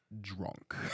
drunk